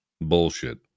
Bullshit